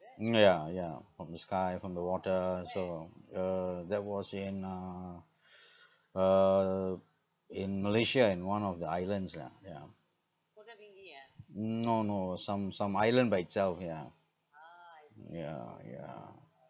yeah yeah from the sky from the water so uh that was in uh uh in Malaysia in one of the islands lah yeah no no some some island by itself yeah yeah yeah